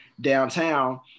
downtown